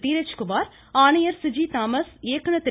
தீரஜ் குமார் ஆணையர் சிஜி தாமஸ் இயக்குநர் திரு